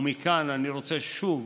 ומכאן אני רוצה שוב